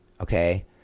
okay